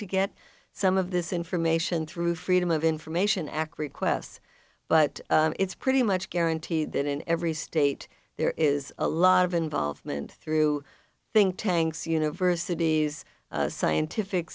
to get some of this information through freedom of information act requests but it's pretty much guarantee that in every state there is a lot of involvement through think tanks universities scientific